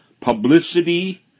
publicity